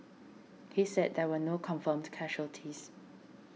he said there were no confirmed casualties